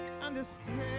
understand